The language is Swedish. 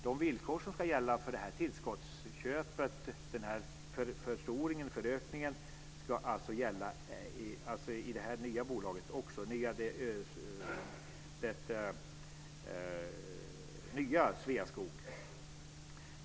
De villkor som ska gälla för detta tillskottsköp och denna förstoring och förökning ska gälla också i det nya bolaget - det nya Sveaskog.